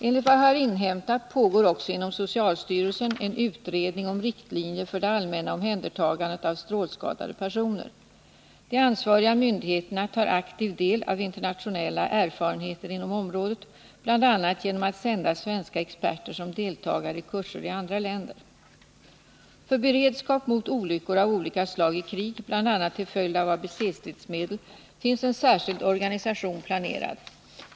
Enligt vad jag har inhämtat pågår också inom socialstyrelsen en utredning om riktlinjer för det allmänna omhändertagandet av strålskadade personer. De ansvariga myndigheterna tar aktivt del av internationella erfarenheter inom området, bl.a. genom att sända svenska experter som deltagare i kurser i andra länder. För beredskap mot olyckor av olika slag i krig, bl.a. till följd av ABC-stridsmedel, finns en särskild organisation planerad.